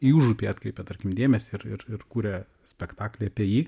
į užupį atkreipia tarkim dėmesį ir ir ir kuria spektaklį apie jį